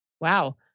Wow